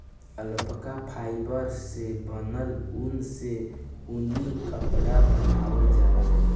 alpaca fibre से बनल ऊन से ऊनी कपड़ा बनावल जाला